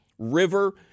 River